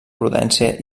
prudència